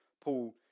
Paul